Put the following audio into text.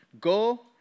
go